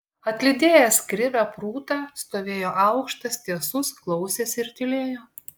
atlydėjęs krivę prūtą stovėjo aukštas tiesus klausėsi ir tylėjo